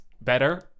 better